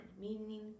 meaning